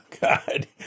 God